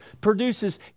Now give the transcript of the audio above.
produces